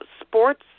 sports